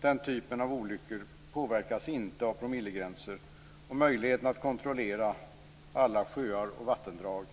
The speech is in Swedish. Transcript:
Den typen av olyckor påverkas inte av promillegränser, och det är i praktiken inte möjligt att kontrollera alla sjöar och vattendrag.